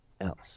else